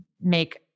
make